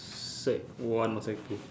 sec one or sec two